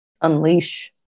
unleash